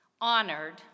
honored